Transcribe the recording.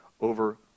over